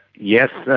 yes,